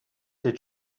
did